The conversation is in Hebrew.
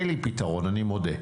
אין לי פתרון אני מודה,